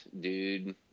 dude